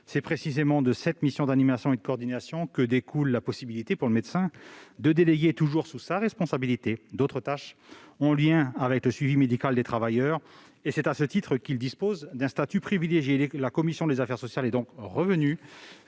C'est précisément de cette mission d'animation et de coordination que découle la possibilité pour le médecin du travail de déléguer, toujours sous sa responsabilité, d'autres tâches en lien avec le suivi médical des travailleurs, et c'est à ce titre qu'il dispose d'un statut protégé. La commission des affaires sociales est donc revenue